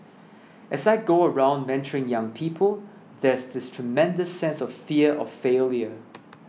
as I go around mentoring young people there's this tremendous sense of fear of failure